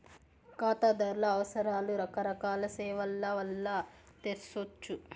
కాతాదార్ల అవసరాలు రకరకాల సేవల్ల వల్ల తెర్సొచ్చు